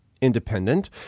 independent